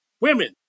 women